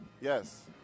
Yes